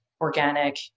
organic